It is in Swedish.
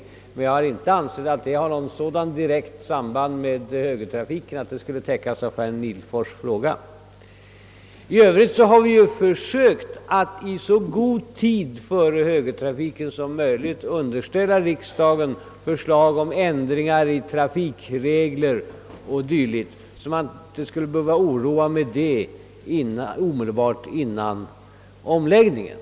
Jag har emellertid inte ansett att detta spörsmål har sådant direkt samband med omläggningen till högertrafik, att det skulle täckas av herr Nihlfors fråga. I övrigt har vi ju försökt att i god tid före högertrafikens genomförande underställa riksdagen förslag om ändringar i trafikregler o. d., så att man inte skulle behöva oroas med detta omedelbart före omläggningen.